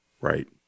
Right